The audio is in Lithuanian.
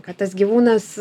kad tas gyvūnas